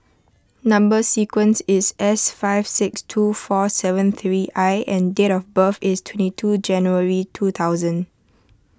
Number Sequence is S nine five six two four seven three I and date of birth is twenty two January two thousand